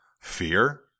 fear